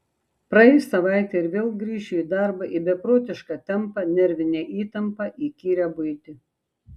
praeis savaitė ir vėl grįšiu į darbą į beprotišką tempą nervinę įtampą įkyrią buitį